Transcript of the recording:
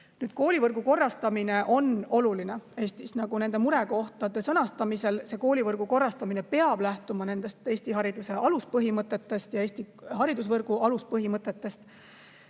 Koolivõrgu korrastamine on oluline. Nende murekohtade sõnastamisel peab koolivõrgu korrastamine lähtuma nendest Eesti hariduse aluspõhimõtetest ja Eesti haridusvõrgu aluspõhimõtetest.